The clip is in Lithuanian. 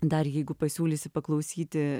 dar jeigu pasiūlysi paklausyti